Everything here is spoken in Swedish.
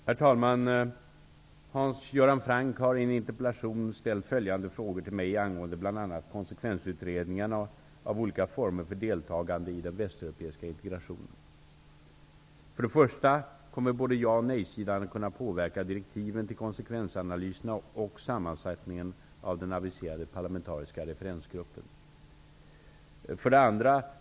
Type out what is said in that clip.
Herr talman! Hans Göran Franck har i en interpellation ställt följande frågor till mig angående bl.a. konsekvensutredningarna av olika former för deltagande i den västeuropeiska integrationen: 1. Kommer både ja och nej-sidan att kunna påverka direktiven till konsekvensanalyserna och sammansättningen av den aviserade parlamentariska referensgruppen? 2.